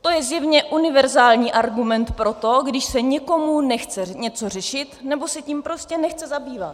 To je zjevně univerzální argument pro to, když se někomu nechce něco řešit nebo se tím prostě nechce zabývat.